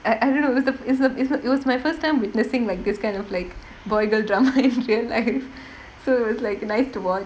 i~ I don't know it's t~ it's t~ it was my first time witnessing like this kind of like boy girl drama in real life so it was like nice to watch